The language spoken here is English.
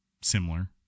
similar